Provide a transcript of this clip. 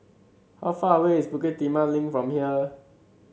how far away is Bukit Timah Link from here